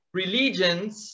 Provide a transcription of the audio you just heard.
religions